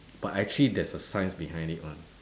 but actually there's a science behind it [one]